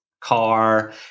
car